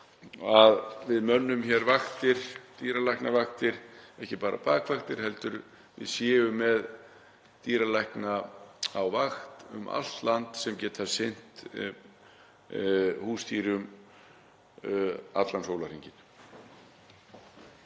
að við mönnum dýralæknavaktir, ekki bara bakvaktir heldur séum með dýralækna á vakt um allt land sem geta sinnt húsdýrum allan sólarhringinn.